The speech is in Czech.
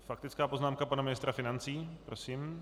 Faktická poznámka pana ministra financí, prosím.